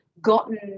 gotten